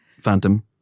Phantom